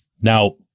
Now